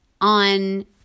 on